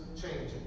changing